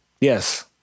Yes